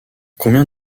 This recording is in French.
combien